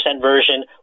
version